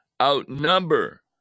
outnumber